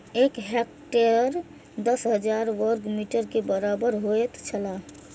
एक हेक्टेयर दस हजार वर्ग मीटर के बराबर होयत छला